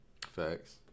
Facts